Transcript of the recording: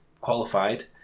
qualified